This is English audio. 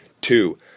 Two